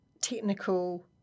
technical